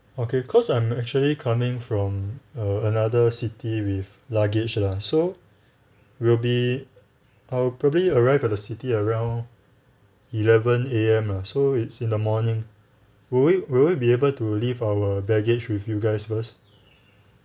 okay because I'm actually coming from uh another city with luggage lah so we'll be I'll probably arrive at the city around eleven A_M lah or so it's in the morning will we will we be able to leave our baggage with you guys first